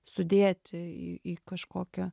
sudėti į į kažkokią